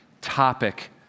topic